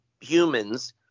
humans